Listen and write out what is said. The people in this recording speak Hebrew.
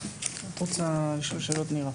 את רוצה לשאול שאלות, נירה?